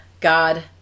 God